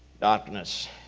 darkness